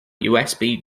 usb